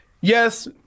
Yes